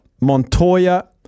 Montoya